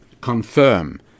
confirm